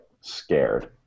scared